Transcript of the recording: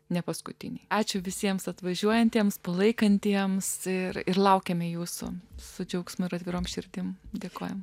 ne paskutinį ačiū visiems atvažiuojantiems palaikantiems ir ir laukiame jūsų su džiaugsmu ir atvirom širdim dėkoju